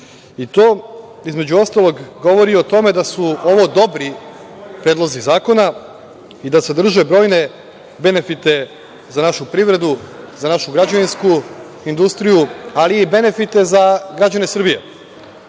I to, između ostalog, govori o tome da su ovo dobri predlozi zakona i da sadrže brojne benefite za našu privredu, za našu građevinsku industriju, ali i benefite za građane Srbije.O